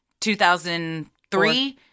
2003